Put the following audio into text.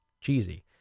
cheesy